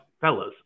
fellas